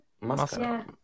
Mascara